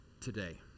today